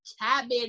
cabbage